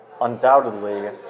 undoubtedly